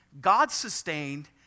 God-sustained